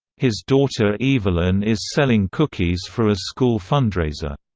his daughter evelyn is selling cookies for a school fundraiser.